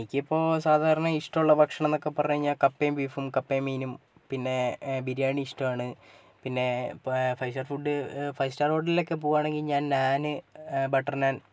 എനിക്കിപ്പോൾ സാധാരണ ഇഷ്ടമുള്ള ഭക്ഷണം എന്നൊക്കെ പറഞ്ഞാൽ കഴിഞ്ഞാൽ കപ്പയും ബീഫും കപ്പയും മീനും പിന്നെ ബിരിയാണി ഇഷ്ടമാണ് പിന്നെ five star food five star ഹോട്ടലിലൊക്കെ പോവുകയാണെങ്കിൽ ഞാൻ നാൺ ബട്ടർ നാൺ